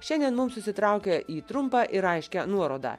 šiandien mum susitraukia į trumpą ir aiškią nuorodą